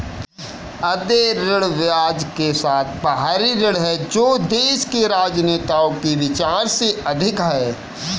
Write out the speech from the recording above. अदेय ऋण ब्याज के साथ बाहरी ऋण है जो देश के राजनेताओं के विचार से अधिक है